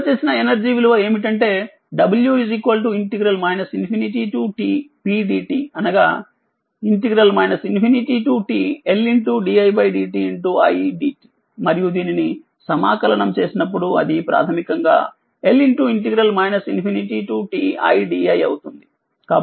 నిల్వ చేసినఎనర్జీ విలువ ఏమిటంటే w tP dtఅనగా t Ldidti dt మరియుదీనిని సమాకలనం చేసినప్పుడు అది ప్రాథమికంగా L tidi అవుతుంది